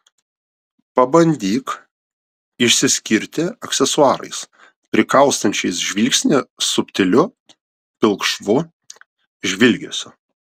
pabandyk išsiskirti aksesuarais prikaustančiais žvilgsnį subtiliu pilkšvu žvilgesiu